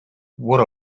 what